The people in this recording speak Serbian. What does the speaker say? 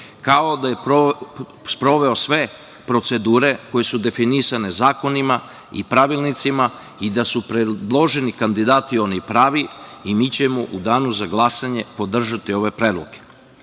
kao i da je sproveo sve procedure koje su definisane zakonima i pravilnicima i da su predloženi kandidati oni pravi i mi ćemo u danu za glasanje podržati ove predloge.